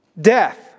death